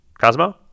Cosmo